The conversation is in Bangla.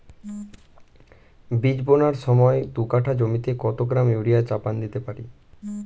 বীজ বোনার সময় দু কাঠা জমিতে কত গ্রাম ইউরিয়া চাপান দিতে পারি?